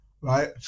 right